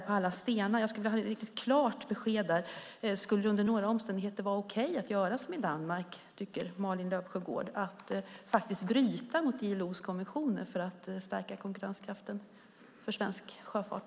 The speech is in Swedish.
Tycker Malin Löfsjögård att det under några omständigheter skulle vara okej att göra som i Danmark och bryta mot ILO:s konventioner för att stärka konkurrenskraften för svensk sjöfart?